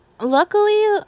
luckily